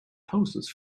poses